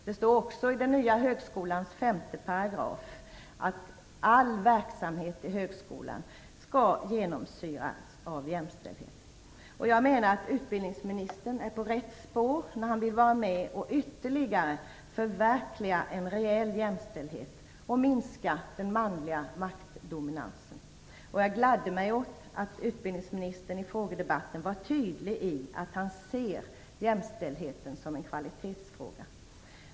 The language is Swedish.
Det står också i den nya högskolelagens § 5 att all verksamhet i högskolan skall genomsyras av jämställdhet. Jag menar att utbildningsministern är på rätt spår när han vill vara med och ytterligare förverkliga en rejäl jämställdhet och minska den manliga maktdominansen. Jag gladde mig åt att utbildningsministern i frågedebatten tydligt sade att han ser jämställdheten som en kvalitetsfråga.